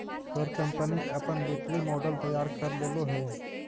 तोर कंपनी अपन वित्तीय मॉडल तैयार कर लेलो हे?